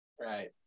right